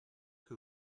que